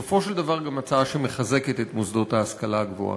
והיא בסופו של דבר של דבר גם הצעה שמחזקת את מוסדות ההשכלה הגבוהה.